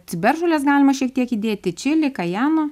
ciberžolės galima šiek tiek įdėti čili kajeno